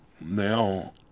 now